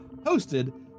hosted